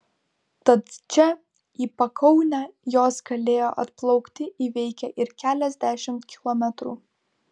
tad čia į pakaunę jos galėjo atplaukti įveikę ir keliasdešimt kilometrų